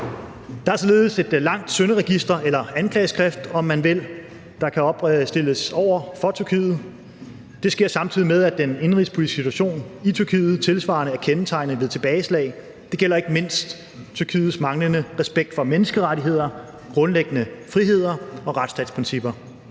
Der er således et langt synderegister eller anklageskrift, om man vil, der kan stilles op over for Tyrkiet, og det sker, samtidig med at den indenrigspolitiske situation i Tyrkiet tilsvarende er kendetegnende ved tilbageslag. Det gælder ikke mindst Tyrkiets manglende respekt for menneskerettigheder, grundlæggende friheder og retsstatsprincipper.